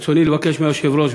ברצוני לבקש מהיושב-ראש,